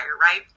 right